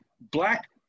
black